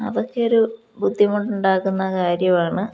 അതൊക്കെയൊരു ബുദ്ധിമുട്ടുണ്ടാക്കുന്ന കാര്യമാണ്